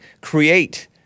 create